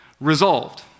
Resolved